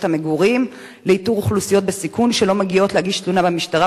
המגורים לאיתור אוכלוסיות בסיכון שלא מגיעות להגיש תלונה במשטרה,